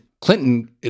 clinton